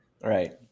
Right